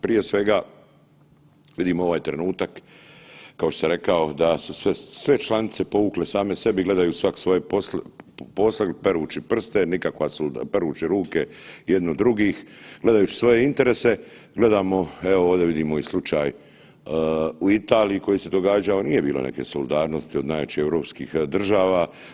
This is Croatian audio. Prije svega, vidim ovaj trenutak, kao što sam rekao, da su se sve članice povukle same sebi i gledaju svak svoje posle perući prste, nikako perući ruke jedno drugih gledajući svoje interese, gledamo, evo ovdje vidimo i slučaj u Italiji koji se događao, nije bilo neke solidarnosti od najjačih europskih država.